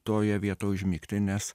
toje vietoj užmigti nes